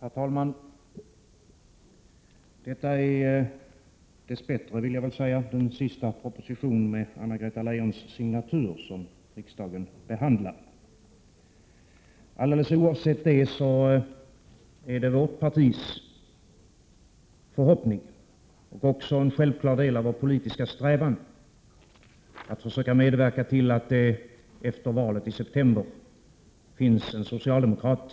Herr talman! Detta är — dess bättre, vill jag väl säga — den sista propositionen med Anna-Greta Leijons signatur som riksdagen behandlar. Alldeles oavsett detta är det vårt partis förhoppning och också en självklar del av vår politiska strävan att försöka medverka till att det efter valet i september finns en socialdemokrat